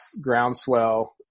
groundswell